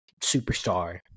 superstar